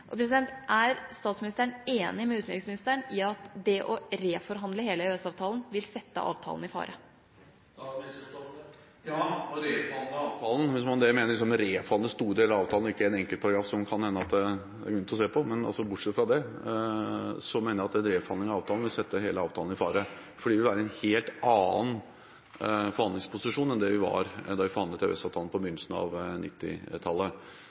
Er statsministeren enig med utenriksministeren i at det å reforhandle hele EØS-avtalen vil sette avtalen i fare? Ja, å reforhandle avtalen – hvis man med det mener å reforhandle store deler av avtalen, og ikke en enkelt paragraf som det kan hende det er grunn til å se på – mener jeg vil sette hele avtalen i fare, fordi vi vil være i en helt annen forhandlingsposisjon enn det vi var i da vi forhandlet EØS-avtalen på